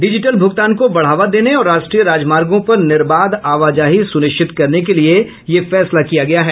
digital भुगतान को बढ़ावा देने और राष्ट्रीय राजमार्गों पर निर्बाध आवाजाही सुनिश्चित करने के लिए यह फैसला किया गया है